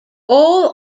all